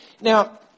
Now